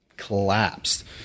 collapsed